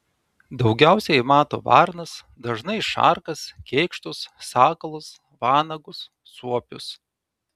daugiausiai mato varnas dažnai šarkas kėkštus sakalus vanagus suopius